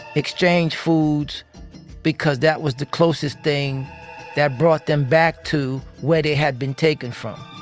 exchange foods because that was the closest thing that brought them back to where they had been taken from.